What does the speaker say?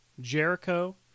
jericho